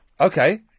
Okay